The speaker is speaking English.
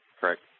Correct